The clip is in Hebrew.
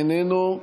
איננו,